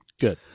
Good